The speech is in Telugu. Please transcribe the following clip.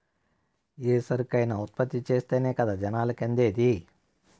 ఏ సరుకైనా ఉత్పత్తి చేస్తేనే కదా జనాలకి అందేది